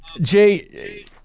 Jay